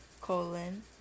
colon